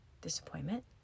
disappointment